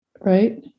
Right